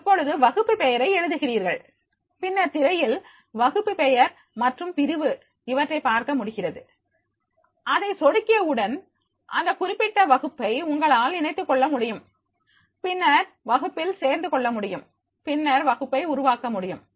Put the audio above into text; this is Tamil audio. இப்பொழுது வகுப்பு பெயரை எழுதுகிறீர்கள் பின்னர் திரையில் வகுப்பு பெயர் மற்றும் பிரிவு இவற்றை பார்க்க முடிகிறது அதை சொடுக்கிய உடன் அந்த குறிப்பிட்ட வகுப்பை உங்களால் இணைத்துக் கொள்ள முடியும் பின்னர் வகுப்பில் சேர்த்துக் கொள்ள முடியும் பின்னர் வகுப்பை உருவாக்க முடியும்